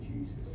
Jesus